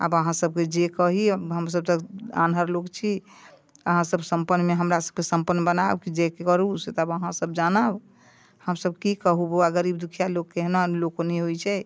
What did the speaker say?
आब अहाँसबके जे कही हमसब तऽ आन्हर लोक छी अहाँ सब सम्पन्नमे हमरासबके सम्पन्न बनाउ कि जे करू से तऽ अहाँ सब जानब हमसब कि कहू बौआ गरीब दुखिआ लोक केहना लोक नहि होइ छै